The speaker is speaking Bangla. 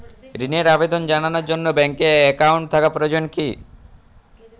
ঋণের আবেদন জানানোর জন্য ব্যাঙ্কে অ্যাকাউন্ট থাকা প্রয়োজন কী?